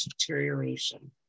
deterioration